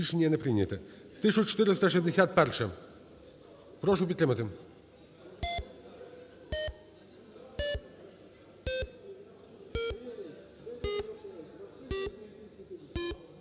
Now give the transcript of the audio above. не прийнято. 1461-а. Прошу підтримати.